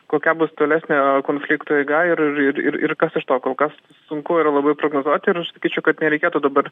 kokia bus tolesnė konflikto eiga ir ir ir ir kas iš to kol kas sunku yra labai prognozuot ir aš sakyčiau kad nereikėtų dabar